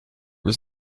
was